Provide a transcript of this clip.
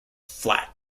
flat